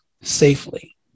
safely